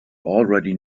already